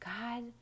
God